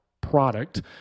product